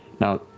Now